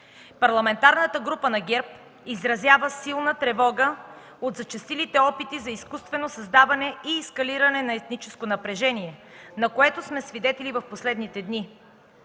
Парламентарната група на ГЕРБ изразява силна тревога от зачестилите опити за изкуствено създаване и ескалиране на етническо напрежение, на което сме свидетели в последните дни.